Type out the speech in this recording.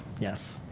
Yes